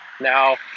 now